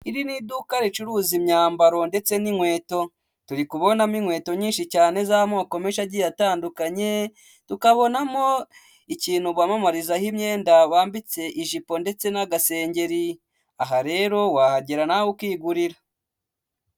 Iri ni iduka ricuruza imyambaro ndetse n'inkweto. Turi kubonamo inkweto nyinshi cyane z'amoko menshi agiye atandukanye, tukabonamo ikintu bamamarizaho imyenda bambitse ijipo ndetse n'agasengeri. Aha rero, wahagera nawe ukigurira.